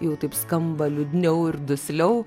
jau taip skamba liūdniau ir dusliau